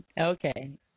Okay